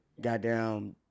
goddamn